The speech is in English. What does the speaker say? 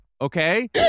Okay